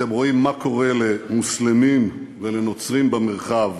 אתם רואים מה קורה למוסלמים ולנוצרים במרחב,